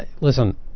Listen